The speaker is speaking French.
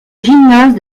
gymnase